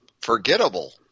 forgettable